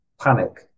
panic